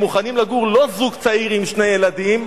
הם מוכנים לגור לא זוג צעיר עם שני ילדים,